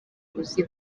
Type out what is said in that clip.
uzi